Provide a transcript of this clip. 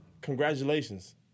congratulations